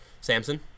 Samson